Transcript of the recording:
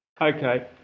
Okay